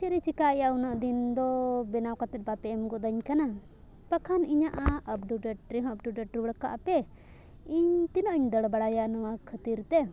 ᱪᱮᱫ ᱮ ᱪᱤᱠᱟᱹᱭᱮᱜᱼᱟ ᱩᱱᱟᱹᱜ ᱫᱤᱱ ᱫᱚ ᱵᱮᱱᱟᱣ ᱠᱟᱛᱮ ᱵᱟᱯᱮ ᱮᱢ ᱜᱚᱫ ᱟᱹᱧ ᱠᱟᱱᱟ ᱵᱟᱠᱷᱟᱱ ᱤᱧᱟᱹᱜ ᱟᱯᱴᱩᱰᱮᱴ ᱨᱮᱦᱚᱸ ᱟᱯᱴᱩᱰᱮᱴ ᱨᱩᱣᱟᱹᱲ ᱠᱟᱜᱼᱟ ᱯᱮ ᱤᱧ ᱛᱤᱱᱟᱹᱜ ᱤᱧ ᱫᱟᱹᱲ ᱵᱟᱲᱟᱭᱟ ᱱᱚᱣᱟ ᱠᱷᱟᱹᱛᱤᱨ ᱛᱮ